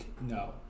no